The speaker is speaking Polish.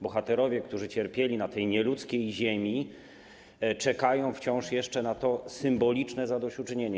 Bohaterowie, którzy cierpieli na tej nieludzkiej ziemi, czekają wciąż jeszcze na to symboliczne zadośćuczynienie.